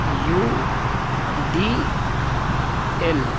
U D L